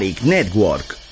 Network